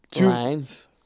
lines